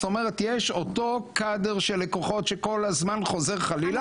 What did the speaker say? זאת אומרת יש אותו קדר של לקוחות שכל הזמן חוזר חלילה.